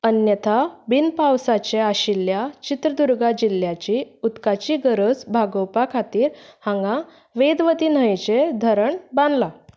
अन्यथा बिनपावसाचें आशिल्ल्या चित्रदुर्गा जिल्ल्याची उदकाची गरज भागोवपा खातीर हांगा वेदवती न्हंयेचेर धरण बांदलां